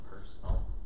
personal